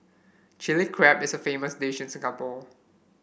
Chilli Crab is a famous dish in Singapore